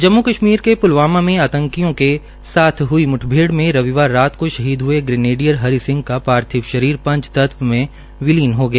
जम्म् कश्मीर के प्लवामा में आतंकियों के साथ म्ठभेड़ में रविवार रात को शहीद हये ग्रेनेडियर हरि सिंह का पार्थिव शरीर पंच तत्व में विलीन हो गया